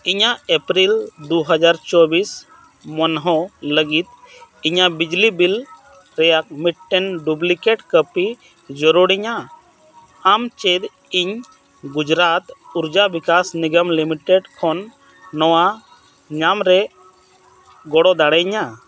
ᱤᱧᱟᱹᱜ ᱮᱯᱨᱤᱞ ᱫᱩ ᱦᱟᱡᱟᱨ ᱪᱚᱵᱽᱵᱤᱥ ᱢᱚᱱᱦᱳ ᱞᱟᱹᱜᱤᱫ ᱤᱧᱟᱹᱜ ᱵᱤᱡᱽᱞᱤ ᱵᱤᱞ ᱨᱮᱭᱟᱜ ᱢᱤᱫᱴᱮᱱ ᱰᱩᱵᱽᱞᱤᱠᱮᱴ ᱠᱚᱯᱤ ᱡᱟᱹᱨᱩᱲᱤᱧᱟ ᱟᱢ ᱪᱮᱫ ᱤᱧ ᱜᱩᱡᱽᱨᱟᱴ ᱚᱨᱡᱟ ᱵᱤᱠᱟᱥ ᱱᱤᱜᱚᱢ ᱞᱤᱢᱤᱴᱮᱰ ᱠᱷᱚᱱ ᱱᱚᱣᱟ ᱧᱟᱢ ᱨᱮ ᱜᱚᱲᱚ ᱫᱟᱲᱮᱭᱤᱧᱟ